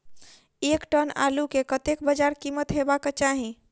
एक टन आलु केँ कतेक बजार कीमत हेबाक चाहि?